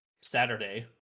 Saturday